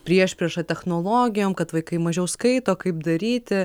priešprieša technologijom kad vaikai mažiau skaito kaip daryti